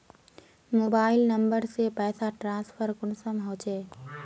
Mobile number से पैसा transfer कुंसम होचे?